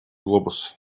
глобус